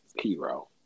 hero